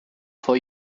for